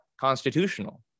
constitutional